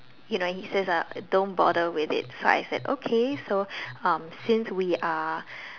you know he says uh don't bother with it so I said okay so um since we are